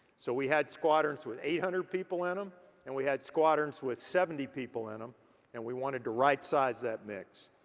so we had squadrons with eight hundred people in them and we had squadrons with seventy people in them and we wanted to right size that mix.